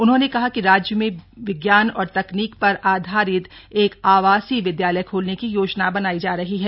उन्होंने कहा कि राज्य में विज्ञान और तकनीक पर आधारित एक आवासीय विद्यालय खोलने की योजना बनाई जा रही है